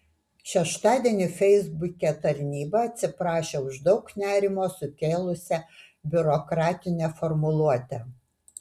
šeštadienį feisbuke tarnyba atsiprašė už daug nerimo sukėlusią biurokratinę formuluotę